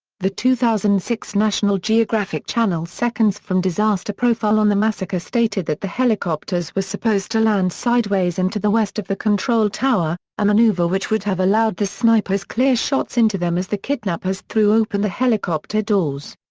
the two thousand and six national geographic channel's seconds from disaster profile on the massacre stated that the helicopters were supposed to land sideways and to the west of the control tower, a maneuver which would have allowed the snipers clear shots into them as the kidnappers threw open the helicopter doors.